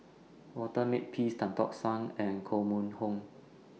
Walter Makepeace Tan Tock San and Koh Mun Hong